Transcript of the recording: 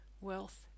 wealth